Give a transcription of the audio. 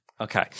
Okay